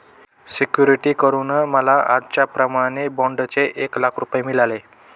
security करून मला आजच्याप्रमाणे बाँडचे एक लाख रुपये मिळाले